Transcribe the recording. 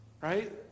right